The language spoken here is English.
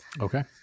Okay